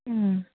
ꯎꯝ